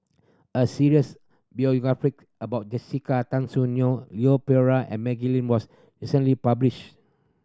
a series about Jessica Tan Soon Neo Leon Perera and Maggie Lim was recently published